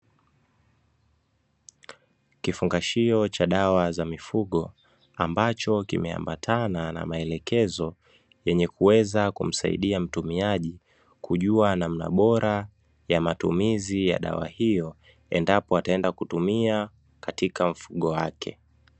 Kifungashio cha dawa za mifugo, ambacho kimeambatana na maelekezo yenye kuweza kumsaidia mtumiaji, kujua namna bora ya matumizi ya dawa hiyo, endapo ataenda kutumia katika mfugo wake.